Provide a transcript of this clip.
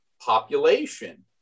population